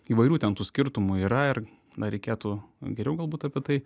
įvairių ten tų skirtumų yra ir na reikėtų geriau galbūt apie tai